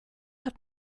hat